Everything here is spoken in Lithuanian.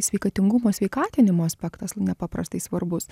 sveikatingumo sveikatinimo aspektas nepaprastai svarbus